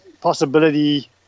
possibility